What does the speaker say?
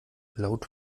laut